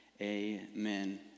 amen